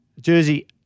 jersey